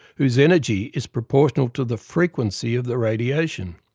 whose energy is proportional to the frequency of the radiation.